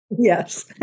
Yes